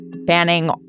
banning